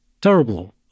terrible